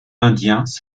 indiens